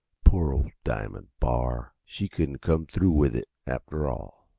poor ole diamond bar she couldn't come through with it, after all.